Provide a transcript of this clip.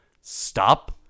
stop